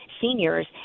seniors